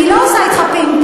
אני לא עושה אתך פינג-פונג.